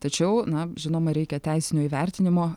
tačiau na žinoma reikia teisinio įvertinimo